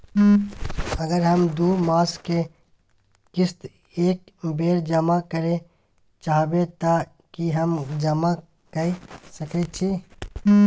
अगर हम दू मास के किस्त एक बेर जमा करे चाहबे तय की हम जमा कय सके छि?